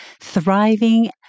thriving